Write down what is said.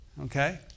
okay